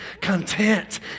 content